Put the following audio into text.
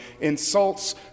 insults